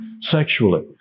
sexually